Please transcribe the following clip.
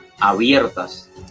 abiertas